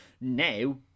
Now